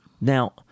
Now